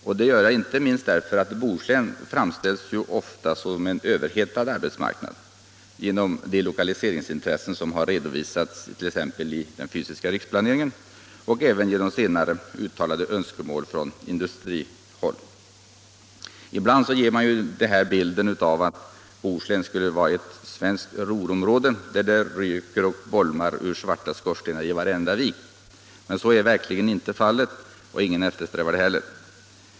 Jag har gjort det inte minst därför att Bohuslän ofta framställs som en överhettad arbetsmarknad på grund av de lokaliseringsintressen som har redovisats i t.ex. den fysiska riksplaneringen och även genom senare uttalade önskemål från industrihåll. Ibland ges man bilden av Bohuslän som ett svenskt Ruhrområde, där det ryker och bolmar ur svarta skorstenar i varenda vik. stimulerande åtgärder i norra Bohuslän Så är verkligen inte fallet — och ingen eftersträvar det heller.